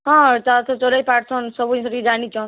ହଁ ତା'ର୍ ତ ଚଲେଇ ପାର୍ସନ୍ ସବୁ ଜିନିଷ୍ ଟିକେ ଜାନିଛନ୍